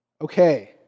Okay